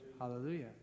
Hallelujah